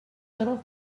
little